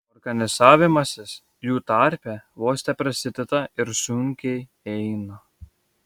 organizavimasis jų tarpe vos teprasideda ir sunkiai eina